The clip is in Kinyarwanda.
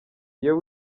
iyo